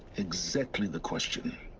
exactly the question